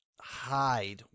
hide